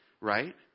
Right